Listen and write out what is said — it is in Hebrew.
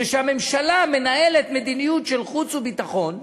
שהממשלה מנהלת מדיניות של חוץ וביטחון ושהכנסת,